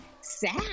sad